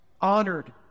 honored